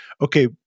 okay